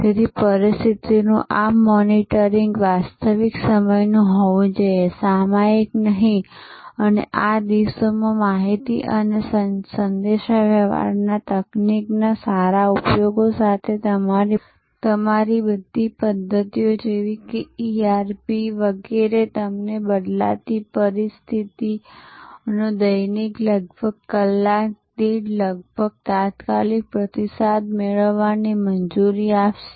તેથી પરિસ્થિતિનું આ મોનિટરિંગ વાસ્તવિક સમયનું હોવું જોઈએ સામયિક નહીં અને આ દિવસોમાં માહિતી અને સંદેશાવ્યવહાર તકનીકના સારા ઉપયોગ સાથે તમારી બધી પધ્ધતિઓ જેવી કે ERP વગેરે તમને બદલાતી પરિસ્થિતિનો દૈનિક લગભગ કલાકદીઠ લગભગ તાત્કાલિક પ્રતિસાદ મેળવવાની મંજૂરી આપશે